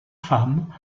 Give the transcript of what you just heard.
femme